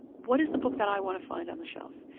what is the book that i want to find on the shelf?